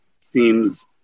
seems